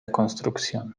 construcción